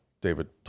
David